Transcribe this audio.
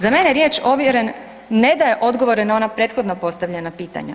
Za mene riječ ovjeren ne daje odgovore na ona prethodno postavljena pitanja.